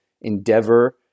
endeavor